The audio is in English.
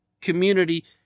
community